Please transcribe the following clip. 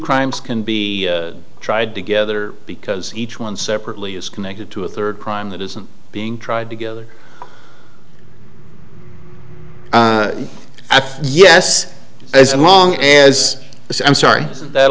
crimes can be tried together because each one separately is connected to a third crime that isn't being tried together yes as long as this i'm sorry that a